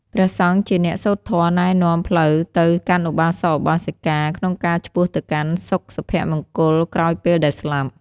ព្រះសង្ឃជាអ្នកសូត្រធម៌ណែនាំផ្លូវទៅកាន់ឧបាសក ឧបាសិការក្នុងការឆ្ពោះទៅកាន់សុខសុភមង្គលក្រោយពេលដែលស្លាប់។